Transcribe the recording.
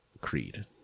Creed